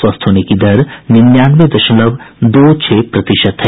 स्वस्थ होने की दर निन्यानवे दशमलव दो छह प्रतिशत है